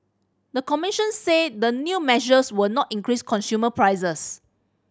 the commission said the new measures were not increase consumer prices